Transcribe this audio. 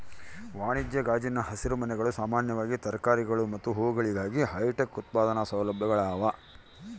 ವಾಣಿಜ್ಯ ಗಾಜಿನ ಹಸಿರುಮನೆಗಳು ಸಾಮಾನ್ಯವಾಗಿ ತರಕಾರಿಗಳು ಮತ್ತು ಹೂವುಗಳಿಗಾಗಿ ಹೈಟೆಕ್ ಉತ್ಪಾದನಾ ಸೌಲಭ್ಯಗಳಾಗ್ಯವ